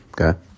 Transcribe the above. okay